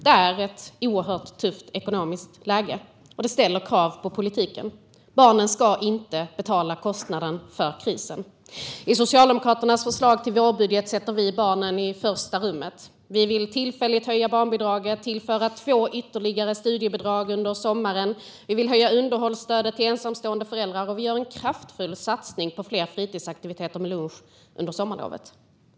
Det är ett oerhört tufft ekonomiskt läge, och det ställer krav på politiken. Barnen ska inte betala kostnaden för krisen. I Socialdemokraternas förslag till vårbudget sätts barnen i första rummet. Vi vill tillfälligt höja barnbidraget, tillföra två ytterligare studiebidrag under sommaren och höja underhållsstödet till ensamstående föräldrar. Vi gör en kraftfull satsning på fler fritidsaktiviteter med lunch under sommarlovet.